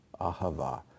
Ahava